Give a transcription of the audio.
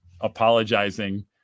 apologizing